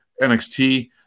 NXT